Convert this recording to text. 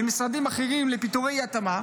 במשרדים אחרים זה פיטורי אי-התאמה,